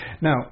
now